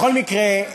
בכל מקרה,